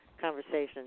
conversation